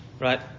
right